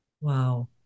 Wow